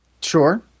Sure